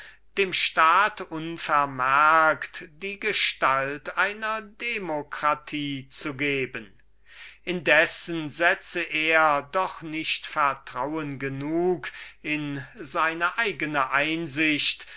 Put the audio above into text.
dem staat unvermerkt die gestalt einer demokratie zu geben indessen müsse er gestehen daß er nicht vertrauen genug in seine eigene